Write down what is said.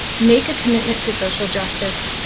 make a commitment to social justice.